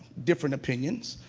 different opinions,